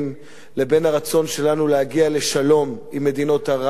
והרצון שלנו להגיע לשלום עם מדינות ערב,